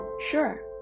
Sure